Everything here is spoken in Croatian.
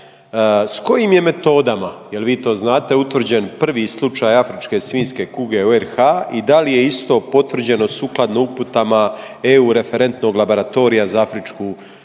S kojim je metodama jel vi to znate utvrđen prvi slučaj afričke svinjske kuge u RH i da li je isto potvrđeno sukladno uputama EU referentnog laboratorija za afričku svinjsku kugu?